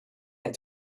had